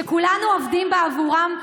שכולנו עובדים בעבורם.